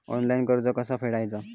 Online कर्ज कसा फेडायचा?